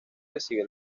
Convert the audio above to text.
recibía